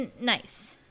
nice